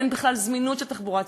אין בכלל זמינות של תחבורה ציבורית.